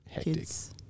kids